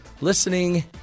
listening